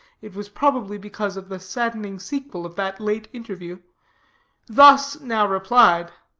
it was probably because of the saddening sequel of that late interview thus now replied